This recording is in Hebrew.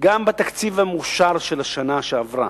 גם בתקציב המאושר של השנה שעברה,